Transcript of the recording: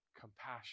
compassion